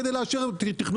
כדי לאשר על פי תכנון